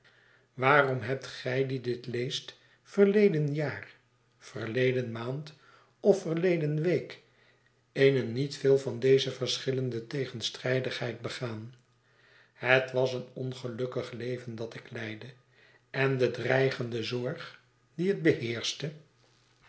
waarom hebt gij die dit leest verleden jaar verleden maand of verleden week eene niet veel van deze verschillende tegenstrijdigheid begaan het was een ongelukkig leven dat ik leidde en de dreigende zorg die het beheerschte